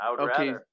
okay